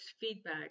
feedback